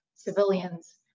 Civilians